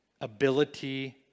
ability